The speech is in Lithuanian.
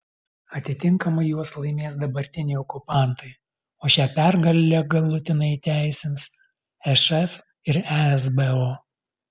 atitinkamai juos laimės dabartiniai okupantai o šią pergalę galutinai įteisins šf ir esbo